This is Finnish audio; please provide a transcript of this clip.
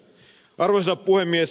arvoisa puhemies